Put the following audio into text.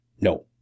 No